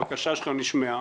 הבקשה שלך נשמעה.